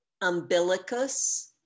umbilicus